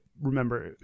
remember